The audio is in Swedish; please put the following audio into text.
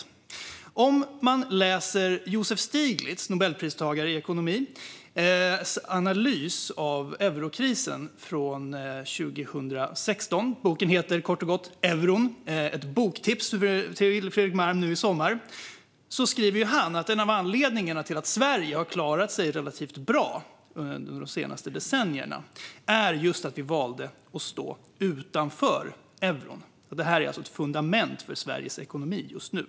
Nobelpristagaren i ekonomi Joseph Stiglitz, skriver i sin analys av eurokrisen från 2016 - boken heter kort och gott Euro , ett tips till Fredrik Malm nu i sommar - att en av anledningarna till att Sverige har klarat sig relativt bra under de senaste decennierna är just att vi valde att stå utanför euron. Det här är ett fundament för Sveriges ekonomi just nu.